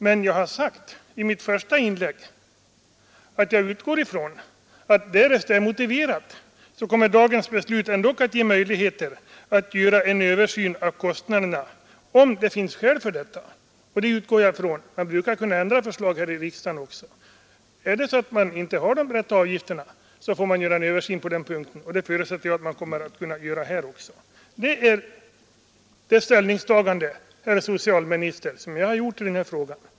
Men jag har sagt i mitt första inlägg att jag utgår från att dagens beslut, därest det är motiverat, ändock kommer att ge möjligheter till att göra en översyn av kostnaderna. Man brukar kunna ändra förslag här i riksdagen. Har man inte de rätta avgifterna, får man göra en översyn på den punkten. Detta är det ställningstagande, herr socialministern, som jag har gjort i denna fråga.